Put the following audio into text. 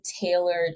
tailored